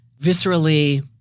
viscerally